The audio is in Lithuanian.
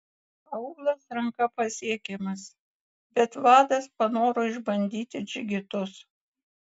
aūlas ranka pasiekiamas bet vadas panoro išbandyti džigitus